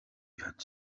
had